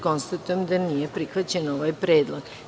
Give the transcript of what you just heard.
Konstatujem da nije prihvaćen predlog.